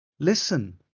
listen